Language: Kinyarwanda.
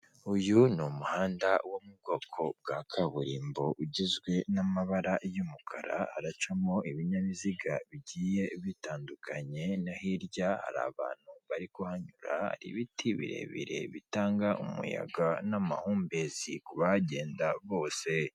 Uyu ni umuhanda wo mu bwoko bwa kaburimbo, ugizwe n'amabara y'umukara, haracamo ibinyabiziga bigiye bitandukanye, no hirya hari abantu bari kuhanyura, ibiti birebire bitanga umuyaga n'amahumbezi ku bahagenda bose.